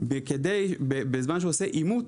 עושה אימות